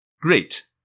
Great